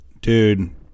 Dude